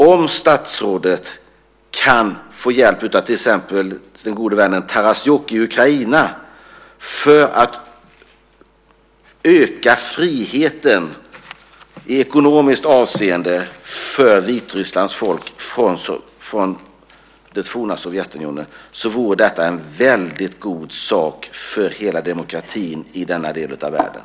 Om statsrådet kan få hjälp av till exempel den gode vännen Tarasyuk i Ukraina för att öka friheten i ekonomiskt avseende för Vitrysslands folk från det forna Sovjetunionen så vore detta en väldigt god sak för hela demokratin i denna del av världen.